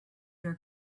your